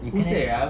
even